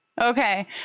Okay